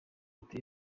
uti